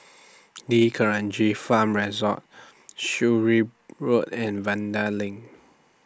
D'Kranji Farm Resort Road and Vanda LINK